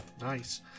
nice